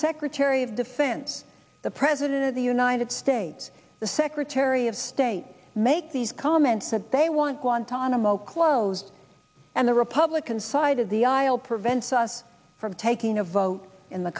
secretary of defense the president of the united states the secretary of state make these comments that they want guantanamo closed and the republican side of the aisle prevents us from taking a vote in the